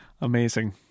amazing